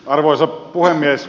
arvoisa puhemies